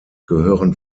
gehören